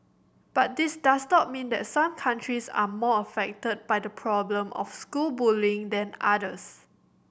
but this does not mean that some countries are more affected by the problem of school bullying than others